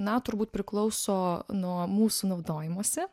na turbūt priklauso nuo mūsų naudojimosi